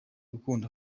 ukunda